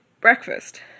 breakfast